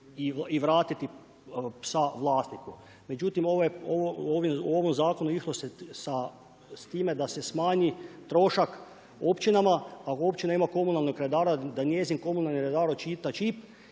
i vratiti pasa vlasniku. Međutim, u ovim zakonom išlo se sa time da se smanji trošak općinama, a općina ima komunalnog redara da njezin komunalni redar učita čip